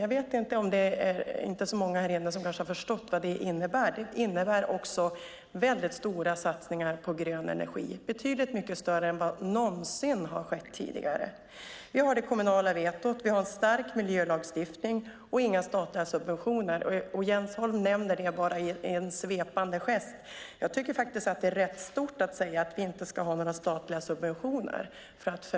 Det kanske inte är så många i kammaren som förstått vad det innebär. Det innebär stora satsningar på grön energi, betydligt mycket större än någonsin tidigare. Vi har det kommunala vetot, vi har en stark miljölagstiftning och vi har inga statliga subventioner. Jens Holm nämner det bara flyktigt. Jag tycker att det är rätt stort att säga att vi inte ska ha några statliga subventioner.